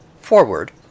forward